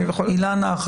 אילנה,